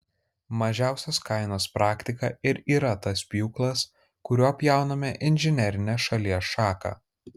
mažiausios kainos praktika ir yra tas pjūklas kuriuo pjauname inžinerinę šalies šaką